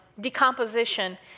decomposition